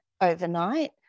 overnight